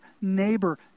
neighbor